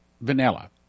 vanilla